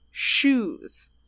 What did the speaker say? Shoes